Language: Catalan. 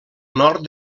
nord